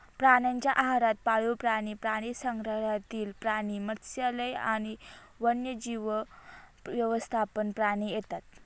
प्राण्यांच्या आहारात पाळीव प्राणी, प्राणीसंग्रहालयातील प्राणी, मत्स्यालय आणि वन्यजीव व्यवस्थापन प्राणी येतात